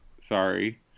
Sorry